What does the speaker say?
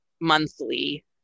monthly